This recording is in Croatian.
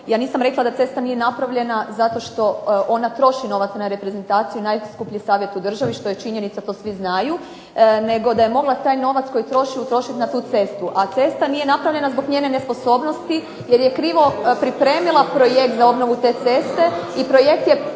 Ja nisam rekla da cesta nije napravljena zato što ona troši novac na reprezentaciju, najskuplji savjet u državi što je činjenica. To svi znaju, nego da je mogla taj novac koji troši utrošiti na tu cestu. A cesta nije napravljena zbog njene nesposobnosti jer je krivo pripremila projekt za obnovu te ceste i projekt je